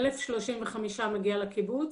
1,035 שקלים מגיעים לקיבוץ.